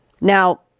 Now